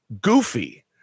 goofy